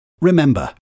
Remember